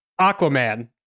aquaman